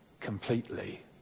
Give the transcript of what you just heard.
completely